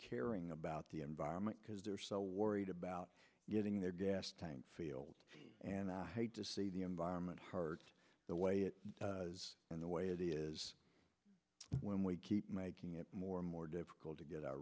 caring about the environment because they're so worried about getting their gas tank feel and i hate to see the environment hurt the way it does and the way it is when we keep making it more and more difficult to get our